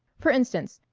for instance,